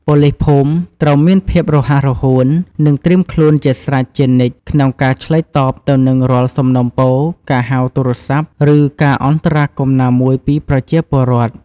ប៉ូលីសភូមិត្រូវមាន ភាពរហ័សរហួន និងត្រៀមខ្លួនជាស្រេច ជានិច្ចក្នុងការឆ្លើយតបទៅនឹងរាល់សំណូមពរ ការហៅទូរស័ព្ទ ឬការអន្តរាគមន៍ណាមួយពីប្រជាពលរដ្ឋ។